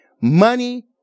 money